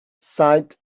sighed